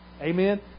Amen